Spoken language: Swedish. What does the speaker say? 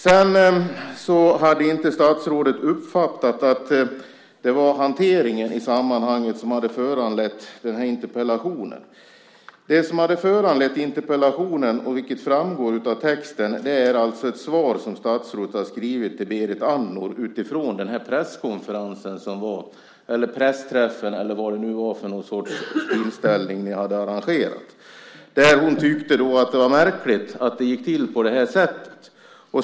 Statsrådet hade inte uppfattat att det var hanteringen i sammanhanget som hade föranlett interpellationen. Det som hade föranlett interpellationen, vilket framgår av texten, är ett svar som statsrådet har skrivit till Berit Andnor utifrån den presskonferens som var, eller pressträff eller vad det nu var för sorts tillställning ni hade arrangerat. Hon tyckte att det var märkligt att det gick till på det sättet.